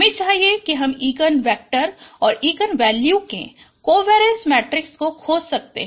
हमें चाहिए कि हम इगन वेक्टर और इगन वैल्यूज के कोवेरीएंस मैट्रिक्स को खोज सकते हैं